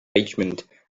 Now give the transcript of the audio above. richmond